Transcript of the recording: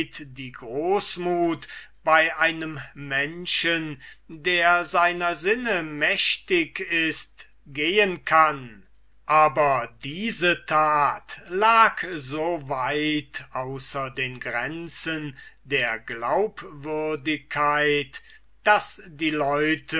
die großmut bei einem menschen der seiner sinne mächtig ist gehen kann aber diese tat lag so weit außer den grenzen der glaubwürdigkeit daß die leute